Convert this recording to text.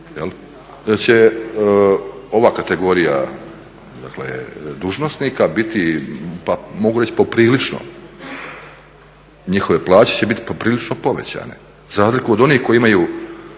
će ova kategorija dužnosnika biti, pa mogu reći poprilično, njihove plaće će biti poprilično povećane, za razliku od onih koji imaju